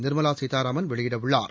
நிர்மலா சீதாராமன் வெளியிட உள்ளார்